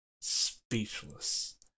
speechless